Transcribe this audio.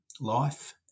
life